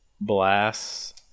blasts